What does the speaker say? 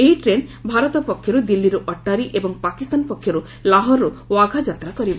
ଏହି ଟ୍ରେନ ଭାରତ ପକ୍ଷରୁ ଦିଲ୍ଲୀରୁ ଅଟ୍ଟାରୀ ଏବଂ ପାକିସ୍ତାନ ପକ୍ଷରୁ ଲାହୋରରୁ ୱାଘା ଯାତ୍ରା କରିବ